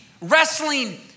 wrestling